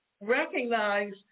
recognize